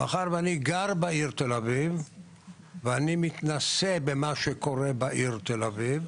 מאחר ואני גר בעיר תל-אביב ואני מתנסה במה שקורה בעיר תל-אביב,